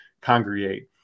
congregate